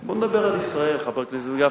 בוא נדבר על ישראל, חבר הכנסת גפני.